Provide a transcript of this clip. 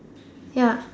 ya